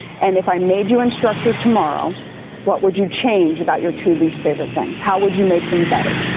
and if i made you instructor tomorrow what would you change about your two least favorite things? how would you make them better.